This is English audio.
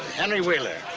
henry wheeler.